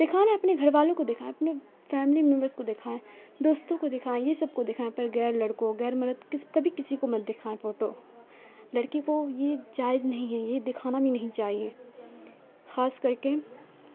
دکھانا ہے اپنے گھر والوں کو دکھائیں اپنے فیملی ممبرس کو دکھائیں دوستوں کو دکھائیں یہ سب کو دکھائیں پر غیر لڑکوں غیر مرد کبھی کسی کو مت دکھائیں فوٹو لڑکی کو یہ چائز نہیں ہے یہ دکھانا بھی نہیں چاہیے خاص کر کے